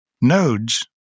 nodes